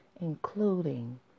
including